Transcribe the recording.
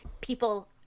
people